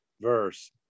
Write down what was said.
verse